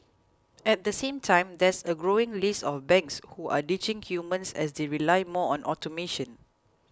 at the same time there's a growing list of banks who are ditching humans as they rely more on automation